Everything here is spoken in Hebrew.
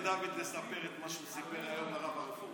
לכן תקרא לדוד לספר את מה שהוא סיפר היום לרב הרפורמי.